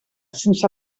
sense